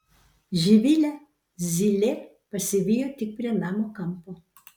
živilę zylė pasivijo tik prie namo kampo